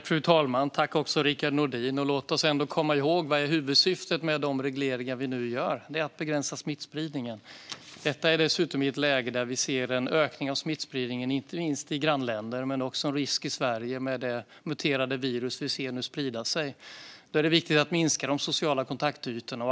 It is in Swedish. Fru talman! Tack, Rickard Nordin, för frågan! Låt oss komma ihåg vad som är huvudsyftet med de regleringar vi nu gör. Det är att begränsa smittspridningen. Detta görs dessutom i ett läge när vi ser en ökning av smittspridningen, inte minst i grannländer, men vi ser också en risk i Sverige med det muterade virus som nu sprider sig. Då är det viktigt att minska de sociala kontaktytorna.